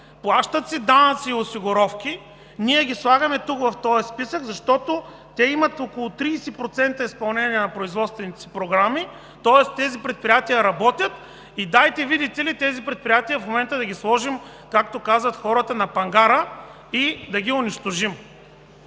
плащат си данъци и осигуровки, ние ги слагаме в този списък, защото имат около 30% изпълнение на производствените си програми, тоест тези предприятия работят и дайте, видите ли, тези предприятия в момента да ги сложим, както казват хората „на пангара“ и да ги унищожим.